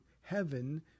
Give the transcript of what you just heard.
heaven